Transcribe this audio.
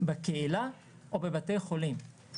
בקהילה או בבתי חולים.